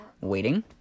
waiting